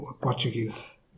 Portuguese